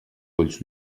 ulls